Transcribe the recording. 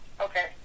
Okay